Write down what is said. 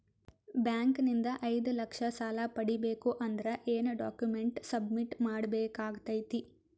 Bank ನಿಂದ ಐದು ಲಕ್ಷ ಸಾಲ ಪಡಿಬೇಕು ಅಂದ್ರ ಏನ ಡಾಕ್ಯುಮೆಂಟ್ ಸಬ್ಮಿಟ್ ಮಾಡ ಬೇಕಾಗತೈತಿ?